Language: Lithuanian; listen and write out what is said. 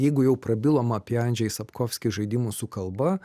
jeigu jau prabilom apie andžej sapkovski žaidimus su kalba